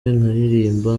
nkaririmba